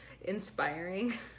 inspiring